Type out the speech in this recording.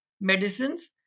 Medicines